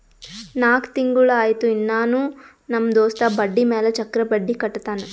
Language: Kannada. ನಾಕ್ ತಿಂಗುಳ ಆಯ್ತು ಇನ್ನಾನೂ ನಮ್ ದೋಸ್ತ ಬಡ್ಡಿ ಮ್ಯಾಲ ಚಕ್ರ ಬಡ್ಡಿ ಕಟ್ಟತಾನ್